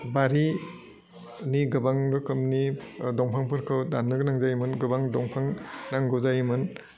बारिनि गोबां रोखोमनि ओह दंफांफोरखौ दाननो गोनां जायोमोन गोबां दंफां नांगौ जायोमोन